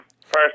first